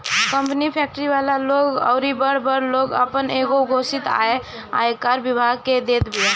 company, factory वाला लोग अउरी बड़ बड़ लोग आपन एगो घोषित आय आयकर विभाग के देत बिया